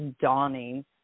dawning